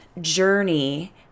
journey